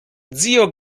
zio